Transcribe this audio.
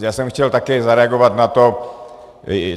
Já jsem chtěl také zareagovat na to,